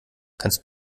kannst